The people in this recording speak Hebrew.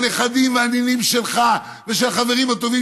הנכדים והנינים שלך ושל החברים הטובים